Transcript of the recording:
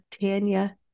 Tanya